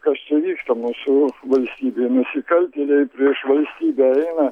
kas čia vyksta mūsų valstybėj nusikaltėliai prieš valstybę eina